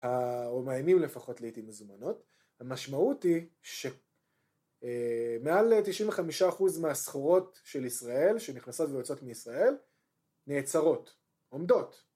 המאימים לפחות לעתים מזומנות. המשמעות היא שמעל 95% מהסחורות של ישראל שנכנסות ויוצאות מישראל נעצרות. עומדות.